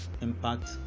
impact